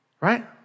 right